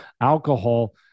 Alcohol